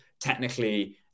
technically